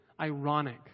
ironic